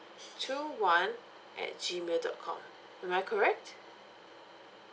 two one at G mail dot com am I correct